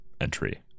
entry